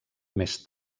més